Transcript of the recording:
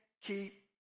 keep